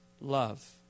love